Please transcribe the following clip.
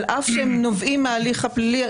על אף שהם נובעים מההליך הפלילי,